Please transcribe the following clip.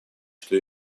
что